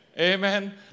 Amen